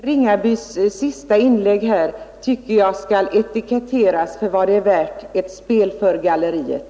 Herr talman! Herr Ringabys sista inlägg tycker jag skall etiketteras för vad det är: ett spel för galleriet.